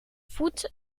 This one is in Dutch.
voet